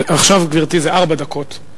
עכשיו, גברתי, זה ארבע דקות.